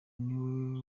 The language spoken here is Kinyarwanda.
niwe